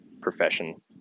profession